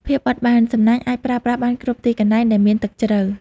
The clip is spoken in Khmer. ភាពបត់បែន សំណាញ់អាចប្រើប្រាស់បានគ្រប់ទីកន្លែងដែលមានទឹកជ្រៅ។